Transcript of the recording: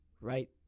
right